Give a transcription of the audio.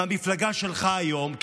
מהמפלגה שלך היום,